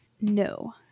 No